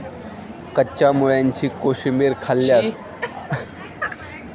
कच्च्या मुळ्याची कोशिंबीर खाल्ल्यास आरोग्यास हितकारक आहे